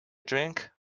drink